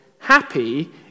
Happy